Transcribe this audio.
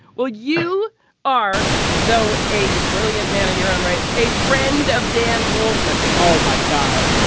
well you are though a brilliant man in your own right. a friend of dan goldman. oh my god.